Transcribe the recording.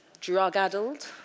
drug-addled